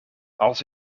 als